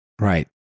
Right